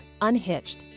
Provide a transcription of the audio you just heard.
Unhitched